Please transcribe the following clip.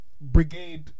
brigade